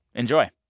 enjoy